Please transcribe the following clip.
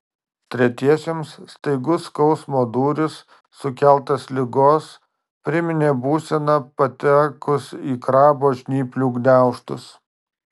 tretiesiems staigus skausmo dūris sukeltas ligos priminė būseną patekus į krabo žnyplių gniaužtus